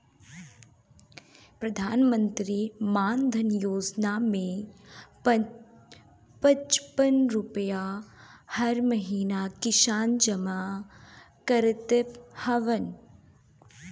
प्रधानमंत्री मानधन योजना में पचपन रुपिया हर महिना किसान जमा करत हवन